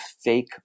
Fake